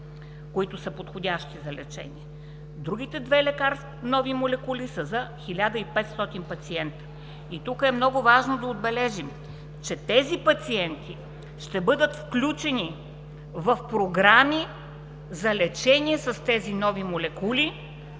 пациенти са подходящи за лечение. Другите две нови молекули са за 1500 пациенти. Тук е много важно да отбележим, че тези пациенти ще бъдат включени в програми за лечение с нови молекули,